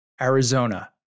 Arizona